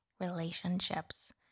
relationships